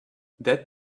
that